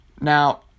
Now